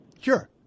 Sure